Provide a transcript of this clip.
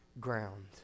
ground